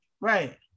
Right